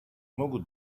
могут